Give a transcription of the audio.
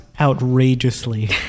outrageously